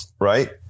right